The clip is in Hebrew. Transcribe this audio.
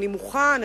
אני מוכן,